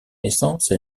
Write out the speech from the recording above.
naissance